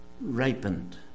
ripened